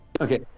Okay